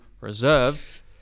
Reserve